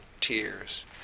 tears